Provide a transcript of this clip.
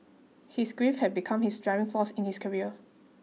his grief had become his driving force in his career